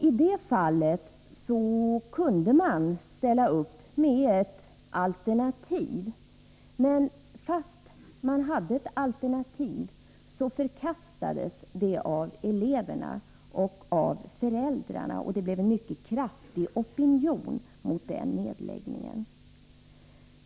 I det fallet kunde man ställa upp med ett alternativ. Det alternativet förkastades dock av eleverna och föräldrarna. Det blev en mycket kraftig opinion mot nedläggningen.